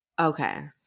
okay